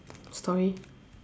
story